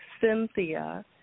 Cynthia